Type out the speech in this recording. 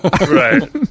right